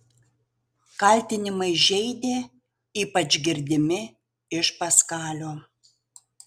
kaltinimai žeidė ypač girdimi iš paskalio